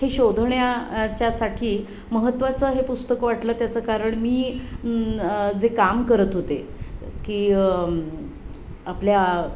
हे शोधण्या च्यासाठी महत्त्वाचं हे पुस्तकं वाटलं त्याचं कारण मी जे काम करत होते की आपल्या